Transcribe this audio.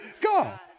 God